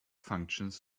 functions